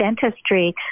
dentistry